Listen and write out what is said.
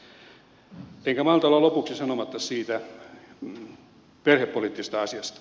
enkä malta olla lopuksi sanomatta siitä perhepoliittisesta asiasta